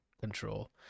control